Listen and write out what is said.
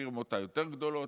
מהפירמות היותר-גדולות,